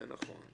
זה נכון.